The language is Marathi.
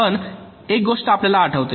पण एक गोष्ट आपल्याला आठवते